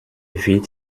wird